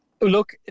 Look